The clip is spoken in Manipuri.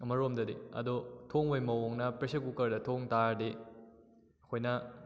ꯑꯃꯔꯣꯝꯗꯗꯤ ꯑꯗꯣ ꯊꯣꯡꯕꯩ ꯃꯑꯣꯡꯅ ꯄ꯭ꯔꯦꯁꯔ ꯀꯨꯀꯔꯗ ꯊꯣꯡꯇꯥꯔꯗꯤ ꯑꯩꯈꯣꯏꯅ